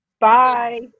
Bye